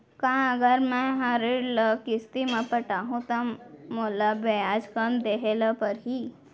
का अगर मैं हा ऋण ल किस्ती म पटाहूँ त मोला ब्याज कम देहे ल परही?